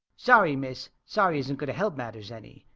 sorry, miss! sorry isn't going to help matters any.